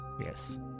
Yes